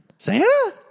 Santa